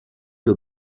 que